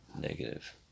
Negative